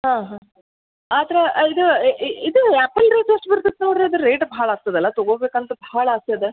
ಹಾಂ ಹಾಂ ಆದ್ರೆ ಇದು ಇದು ಆ್ಯಪಲ್ ರೇಟ್ ಎಷ್ಟು ಬರ್ತದ್ ನೋಡಿರಿ ಅದ್ರ ರೇಟ್ ಭಾಳ ಆಗ್ತದಲ್ವ ತೊಗೋಬೇಕಂತ ಭಾಳ ಆಸೆ ಇದೆ